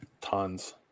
Tons